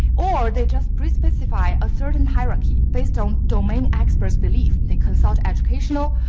or they just pre-specify a certain hierarchy based on domain experts' belief. they consult educational